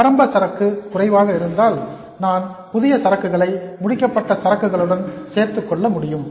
ஆரம்ப சரக்கு குறைவாக இருந்தால் நான் புதிய சரக்குகளை முடிக்கப்பட்ட சரக்குகளுடன் சேர்த்துக் கொள்ள முடியும்